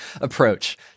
approach